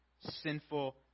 sinful